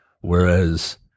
Whereas